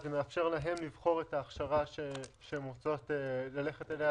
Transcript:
זה מאפשר להן לבחור את ההכשרה שהן רוצות ללכת אליה.